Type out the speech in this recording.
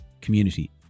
community